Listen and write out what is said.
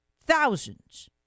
thousands